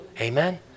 Amen